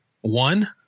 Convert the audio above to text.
one